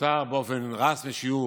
מותר באופן רשמי שיהיו